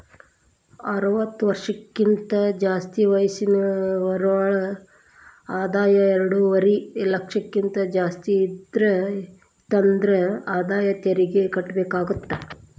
ಅರವತ್ತ ವರ್ಷಕ್ಕಿಂತ ಜಾಸ್ತಿ ವಯಸ್ಸಿರೋರ್ ಆದಾಯ ಎರಡುವರಿ ಲಕ್ಷಕ್ಕಿಂತ ಜಾಸ್ತಿ ಇತ್ತಂದ್ರ ಆದಾಯ ತೆರಿಗಿ ಕಟ್ಟಬೇಕಾಗತ್ತಾ